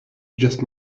just